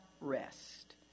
rest